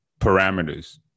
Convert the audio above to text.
parameters